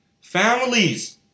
Families